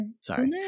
sorry